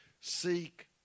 Seek